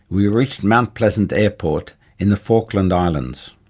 we reached mount pleasant airport in the falkland islands.